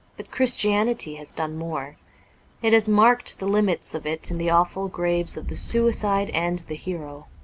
but christianity has done more it has marked the limits of it in the awful graves of the suicide and the hero,